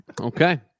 Okay